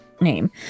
name